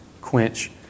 quench